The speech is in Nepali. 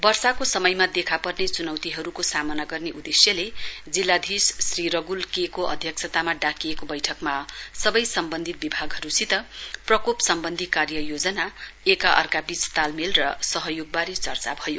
वर्षाको समयमा देखा पर्ने च्नौतीहरूको सामना गर्ने उद्देश्यले जिल्लाधीश श्री रंगुल के को अध्यक्षतामा डाकिएको बैठकमा सबै सम्बन्धी विभागहरूसित प्रकोप सम्बन्धी कार्ययोजना एकाअर्काको तालमेल र सहयोगबारे चर्चा भयो